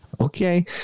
okay